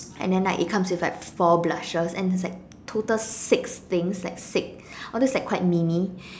and then like it comes with like four blushes and it's like it's total six things like six although it's like quite mini